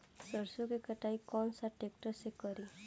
सरसों के कटाई कौन सा ट्रैक्टर से करी?